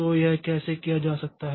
तो यह कैसे किया जा सकता है